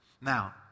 Now